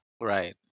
Right